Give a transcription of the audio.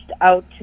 out